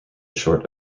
short